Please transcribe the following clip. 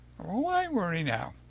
why worry now?